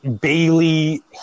Bailey